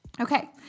Okay